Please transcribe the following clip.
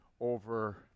over